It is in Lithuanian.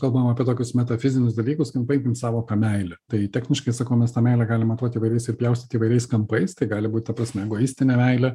kalbam apie tokius metafizinius dalykus paimkim sąvoką meilė tai techniškai sakau mes tą meilę galim matuot įvairiais ir pjaustyt įvairiais kampais tai gali būt ta prasme egoistinė meilė